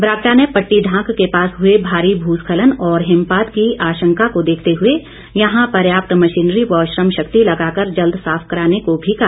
बरागटा ने पट्टी ढांक के पास हुए भारी भूस्खलन और हिमपात की आशंका को देखते हुए यहां पर्याप्त मशीनरी व श्रम शक्ति लगाकर जल्द साफ कराने को भी कहा